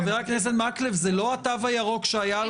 חבר הכנסת מקלב, זה לא התו הירוק שהיה לנו.